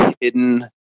hidden